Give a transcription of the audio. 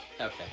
Okay